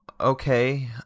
okay